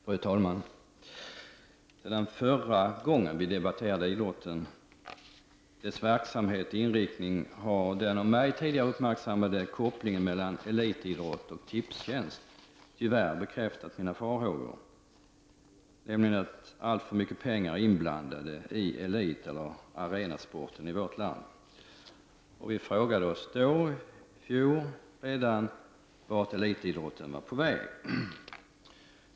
Fru talman! Sedan vi förra gången debatterade idrotten, dess verksamhet och inriktning, har den av mig tidigare uppmärksammade kopplingen mellan elitidrott och Tipstjänst tyvärr bekräftat mina farhågor, nämligen att alltför mycket pengar är inblandade i arenasporten i vårt land. Vi frågade oss redan i fjol vart elitidrotten var på väg.